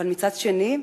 ומצד שני,